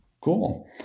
Cool